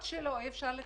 אי אפשר.